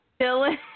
Dylan